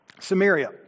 Samaria